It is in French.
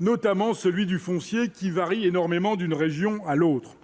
notamment celui du foncier qui varient énormément d'une région à l'autre,